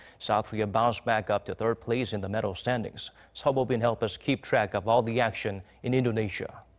south korea bounce back up to third place in the medal standings. seo so bo-bin help us keep track of all the action in indonesia.